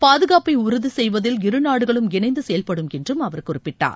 பாதுகாப்பை உறுதி செய்வதில் இருநாடுகளும் இணைந்து செயல்படும் என்றும் அவர் குறிப்பிட்டார்